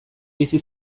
bizi